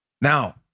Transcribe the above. Now